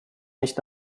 nicht